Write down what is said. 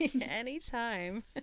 Anytime